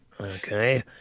Okay